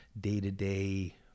day-to-day